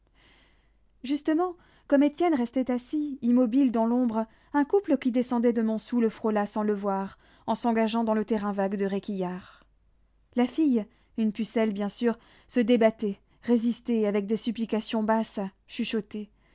justement comme étienne restait assis immobile dans l'ombre un couple qui descendait de montsou le frôla sans le voir en s'engageant dans le terrain vague de réquillart la fille une pucelle bien sûr se débattait résistait avec des supplications basses chuchotées